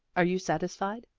are you satisfied?